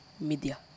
media